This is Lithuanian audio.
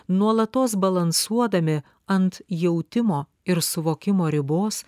nuolatos balansuodami ant jautimo ir suvokimo ribos